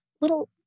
little